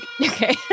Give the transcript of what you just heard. okay